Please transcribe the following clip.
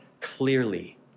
clearly